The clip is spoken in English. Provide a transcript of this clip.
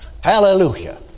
Hallelujah